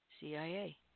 CIA